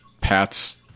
pats